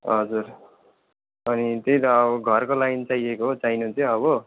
हजुर अनि त्यही त अब घरको लागि चाहिएको हो चाहिनु चाहिँ अब